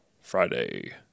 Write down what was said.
friday